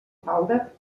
falda